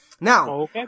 Now